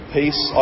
peace